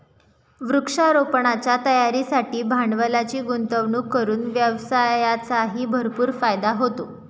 वृक्षारोपणाच्या तयारीसाठी भांडवलाची गुंतवणूक करून व्यवसायाचाही भरपूर फायदा होतो